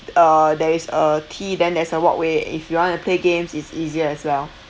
uh there is a T then there's a walkway if you want to play games it's easier as well